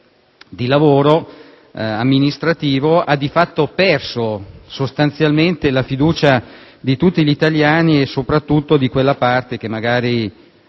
di lavoro amministrativo ha, di fatto, perso sostanzialmente la fiducia di tutti gli italiani, soprattutto di quella parte che magari